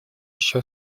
ещё